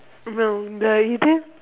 no the you just